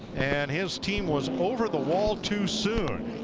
and his team was over the wall too soon.